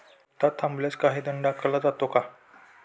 हप्ता थकल्यास काही दंड आकारला जातो का?